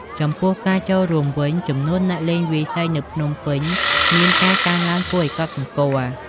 ចំពោះការចូលរួមវិញ ចំនួនអ្នកលេងវាយសីនៅភ្នំពេញមានការកើនឡើងគួរឲ្យកត់សម្គាល់។